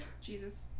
Jesus